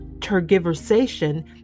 tergiversation